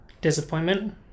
disappointment